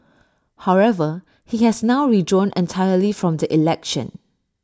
however he has now withdrawn entirely from the election